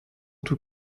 tout